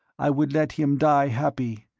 i would let him die happy,